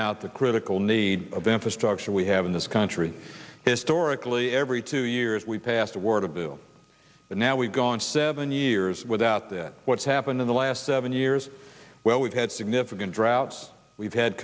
out the critical need of infrastructure we have in this country historically every two years we passed the word of bill but now we've gone seven years without that what's happened in the last seven years well we've had significant droughts we've had